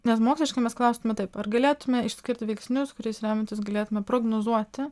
nes moksliškai mes klaustume taip ar galėtume išskirti veiksnius kuriais remiantis galėtume prognozuoti